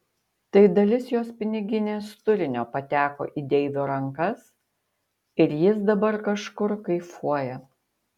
tai dalis jos piniginės turinio pateko į deivio rankas ir jis dabar kažkur kaifuoja